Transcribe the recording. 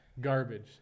garbage